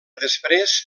després